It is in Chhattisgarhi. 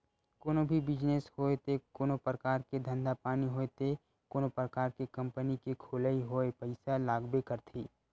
कोनो भी बिजनेस होय ते कोनो परकार के धंधा पानी होय ते कोनो परकार के कंपनी के खोलई होय पइसा लागबे करथे